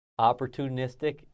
opportunistic